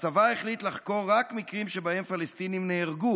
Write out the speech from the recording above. הצבא החליט לחקור רק מקרים שבהם פלסטינים נהרגו